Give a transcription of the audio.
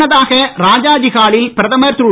முன்னதாக ராஜாஜி ஹாலில் பிரதமர் திரு